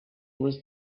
was